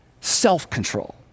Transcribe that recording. self-control